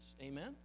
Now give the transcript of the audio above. Amen